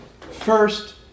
First